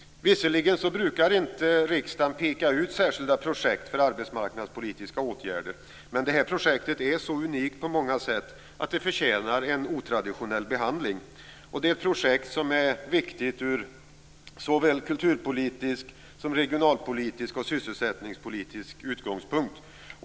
Visserligen brukar inte riksdagen peka ut särskilda projekt för arbetsmarknadspolitiska åtgärder, men detta projekt är så unikt på många sätt att det förtjänat en otraditionell behandling. Det är ett projekt som är viktigt ur såväl kulturpolitisk som regionalpolitisk och sysselsättningspolitisk synpunkt.